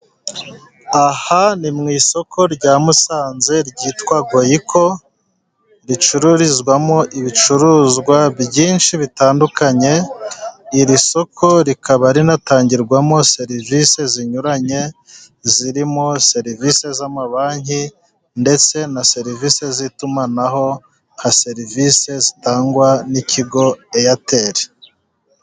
Aha ni mu isoko rya Musanze ryitwa Goico, ricururizwamo ibicuruzwa byinshi bitandukanye. Iri soko rikaba rinatangirwamo serivisi zinyuranye, zirimo serivisi z'amabanki, ndetse na serivisi z'itumanaho, na serivisi zitangwa n'ikigo airtel.